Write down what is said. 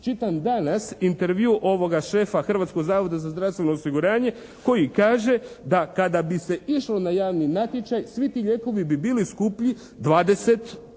Čitam danas intervju ovoga šefa Hrvatskog zavoda za zdravstveno osiguranje koji kaže da kada bi se išlo na javni natječaj svi ti lijekovi bi bili skuplji 20%.